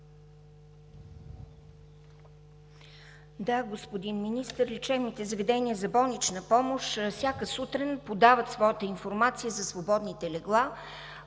Да, господин Министър, лечебните заведения за болнична помощ всяка сутрин подават своята информация за свободните легла